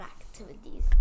activities